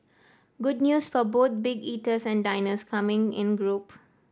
good news for both big eaters and diners coming in group